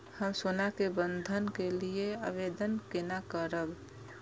हम सोना के बंधन के लियै आवेदन केना करब?